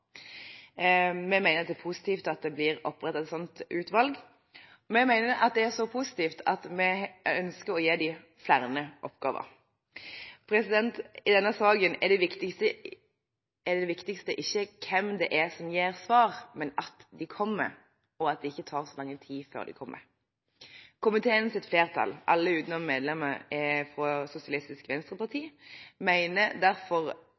Vi mener det er positivt at det blir opprettet et sånt utvalg. Vi mener det er så positivt at vi ønsker å gi utvalget flere oppgaver. I denne saken er ikke det viktigste hvem det er som gir svar, men at svarene kommer, og at det ikke tar så lang tid før de kommer. Komiteens flertall, alle utenom medlemmet fra Sosialistisk Venstreparti, mener derfor